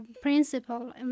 principle